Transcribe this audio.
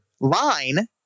line